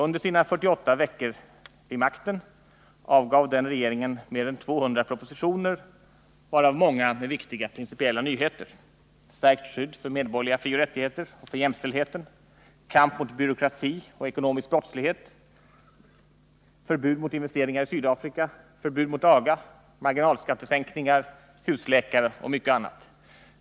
Under sina 48 veckor vid makten avgav den regeringen mer än 200 propositioner, varav många med viktiga principiella nyheter: stärkt skydd för medborgerliga frioch rättigheter och för jämställdheten, kamp mot byråkrati och ekonomisk brottslighet, förbud mot investeringar i Sydafrika, förbud mot aga, marginalskattesänkningar, husläkare och mycket annat.